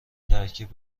ترکیب